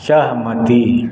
सहमति